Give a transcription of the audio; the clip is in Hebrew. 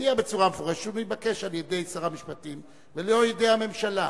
הודיע בצורה מפורשת שהוא נתבקש על-ידי שר המשפטים ולא על-ידי הממשלה.